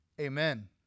amen